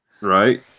Right